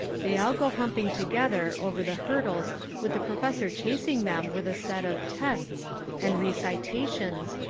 they all go humping together over the hurdles with the professor chasing them with a set of tests and recitations,